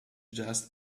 just